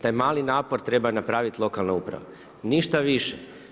Taj mali napor treba napravit lokalna uprava, ništa više.